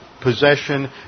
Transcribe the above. possession